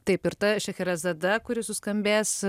taip ir ta šechrezada kuri suskambės